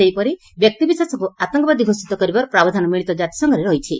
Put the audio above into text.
ସେହିପରି ବ୍ୟକ୍ତିବିଶେଷଙ୍ଙ୍ ଆତଙ୍କବାଦୀ ଘୋଷିତ କରିବାର ପ୍ରାବଧାନ ମିଳିତ ଜାତିସଂଘରେ ଅଛି